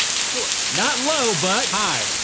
short. not low, but. high.